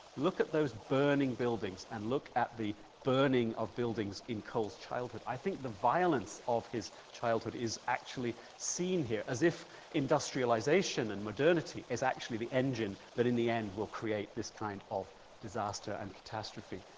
look at those burning buildings and look at the burning of buildings in cole's childhood. i think the violence of his childhood is actually seen here, as if industrialisation and modernity is the engine that in the end will create this kind of disaster and catastrophe.